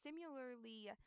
similarly